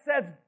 says